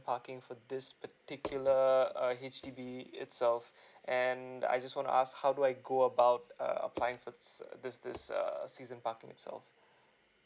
parking for this particular uh H_D_B itself and I just want tp ask how do I go about uh applying for this uh this this err season parking itself